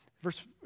verse